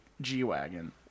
G-Wagon